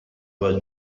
was